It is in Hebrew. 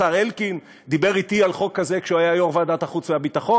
השר אלקין דיבר אתי על חוק כזה כשהוא היה יו"ר ועדת החוץ והביטחון.